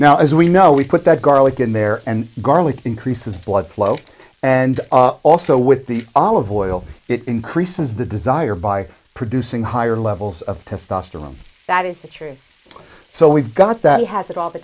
now as we know we put that garlic in there and garlic increases blood flow and also with the olive oil it increases the desire by producing higher levels of testosterone that is the truth so we've got that has it all th